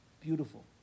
Beautiful